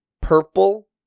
purple